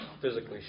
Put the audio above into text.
physically